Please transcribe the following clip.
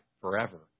forever